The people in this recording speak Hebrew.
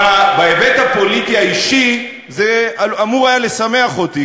ובהיבט הפוליטי האישי זה אמור היה לשמח אותי,